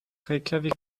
reykjavík